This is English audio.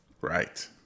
Right